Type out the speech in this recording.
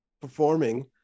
performing